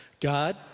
God